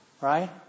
Right